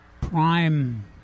prime